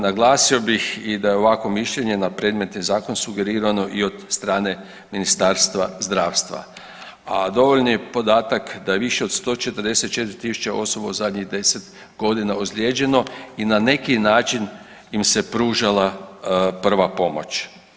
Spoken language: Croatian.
Naglasio bih da je ovakvo mišljenje na predmetni zakon sugerirano i od strane Ministarstva zdravstva, a dovoljni je podatak da više od 144 osoba u zadnjih deset godina ozlijeđeno i na neki način im se pružala prva pomoć.